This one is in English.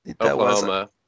Oklahoma